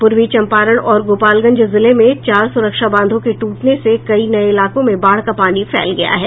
पूर्वी चंपारण और गोपालगंज जिले में चार सुरक्षा बांधों के टूटने से कई नये इलाकों में बाढ़ का पानी फैल गया है